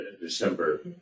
december